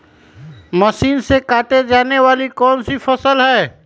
Machine से काटे जाने वाली कौन सी फसल है?